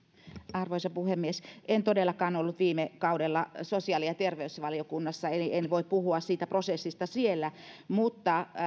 arvoisa puhemies en todellakaan ollut viime kaudella sosiaali ja terveysvaliokunnassa eli en voi puhua siitä prosessista siellä mutta